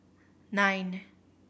nine